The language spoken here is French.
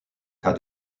cas